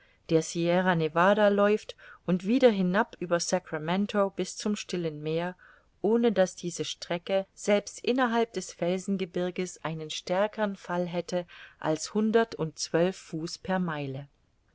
der sierra nevada läuft und wieder hinab über sacramento bis zum stillen meer ohne daß diese strecke selbst innerhalb des felsengebirges einen stärkern fall hätte als hundertundzwölf fuß